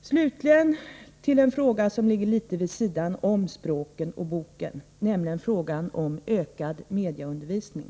Slutligen en fråga som ligger litet vid sidan om språket och boken, nämligen frågan om ökad medieundervisning.